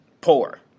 Poor